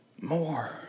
more